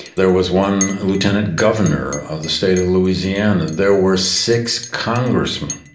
there was one lieutenant-governor of the state of louisiana, there were six congressmen,